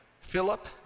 Philip